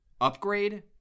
upgrade